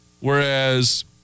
Whereas